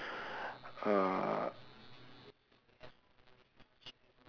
uh